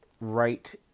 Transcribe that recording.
right